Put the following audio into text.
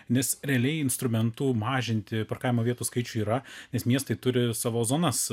nes realiai instrumentų mažinti parkavimo vietų skaičių yra nes miestai turi savo zonas